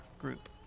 group